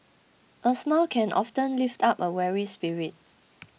a smile can often lift up a weary spirit